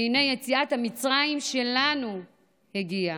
כי הינה יציאת מצרים שלנו הגיעה.